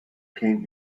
came